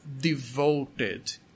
devoted